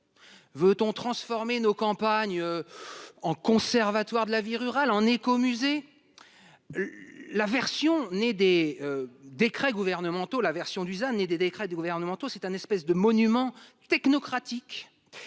Veut-on transformer nos campagnes. En conservatoire de la vie rurale en éco-musées. La version née des. Décrets gouvernementaux la version Dusan et des décrets gouvernementaux. C'est un espèce de monument technocratique.